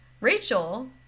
Rachel